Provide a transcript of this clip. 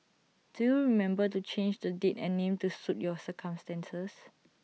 do remember to change the date and name to suit your circumstances